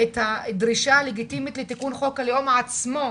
את הדרישה הלגיטימית לתיקון חוק הלאום עצמו.